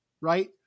right